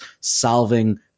solving